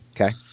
Okay